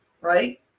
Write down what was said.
right